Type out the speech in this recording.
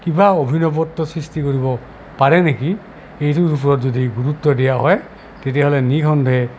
কিবা অভিনৱত্ৰ সৃষ্টি কৰিব পাৰে নেকি এইটোৰ ওপৰত যদি গুৰুত্ব দিয়া হয় তেতিয়াহ'লে নিসন্দেহে